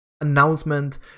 announcement